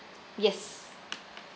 yes